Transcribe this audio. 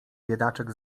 biedaczek